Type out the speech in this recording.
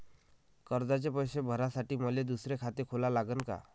कर्जाचे पैसे भरासाठी मले दुसरे खाते खोला लागन का?